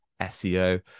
SEO